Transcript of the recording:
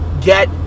get